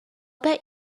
bet